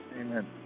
Amen